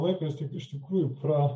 laikas iš tikrųjų pra